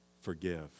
forgive